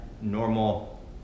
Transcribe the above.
Normal